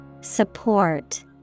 Support